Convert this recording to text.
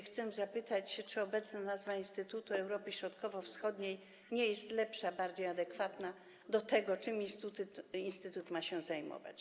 Chcę zapytać, czy obecna nazwa Instytutu Europy Środkowo-Wschodniej nie jest lepsza, bardziej adekwatna do tego, czym instytut ma się zajmować.